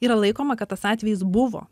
yra laikoma kad tas atvejis buvo